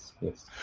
yes